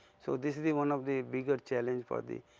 so, this is the one of the bigger challenge for the